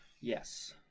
Yes